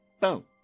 boom